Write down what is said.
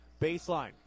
Baseline